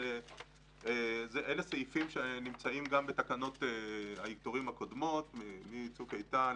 אלה סעיפים שנמצאים גם בתקנות העיטורים מ"צוק איתן",